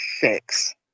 six